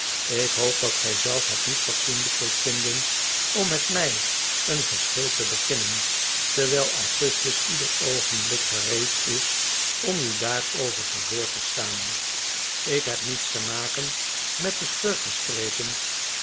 ik hoop dat gij zelf het niet fatsoenlijk zult vinden om met mij een geschil te beginnen terwijl augustus ieder oogenblik gereed is om u daarover te woord te staan i k heb niets te maken met de